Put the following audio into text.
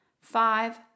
five